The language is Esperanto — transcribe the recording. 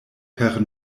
per